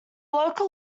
local